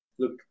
look